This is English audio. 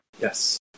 Yes